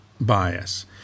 bias